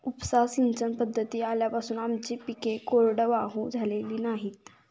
उपसा सिंचन पद्धती आल्यापासून आमची पिके कोरडवाहू झालेली नाहीत